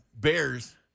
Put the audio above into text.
Bears